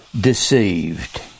deceived